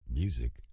Music